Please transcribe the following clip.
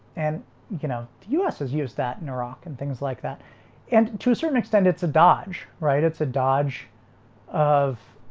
and you know, the us has used that in iraq and things like that and to a certain extent it's a dodge, right? it's a dodge of